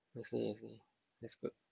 I see I see that's good